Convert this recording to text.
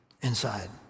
inside